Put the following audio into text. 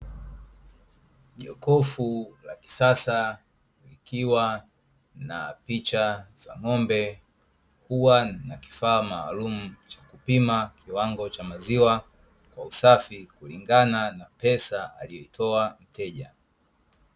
Jokofu la kisasa likiwa na picha za ng'ombe huwa na kifaa maalumu cha kupima kiwango cha maziwa kwa usafi kulingana na pesa aliyoitoa mteja.